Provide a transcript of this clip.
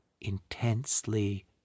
intensely